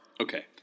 okay